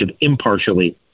impartially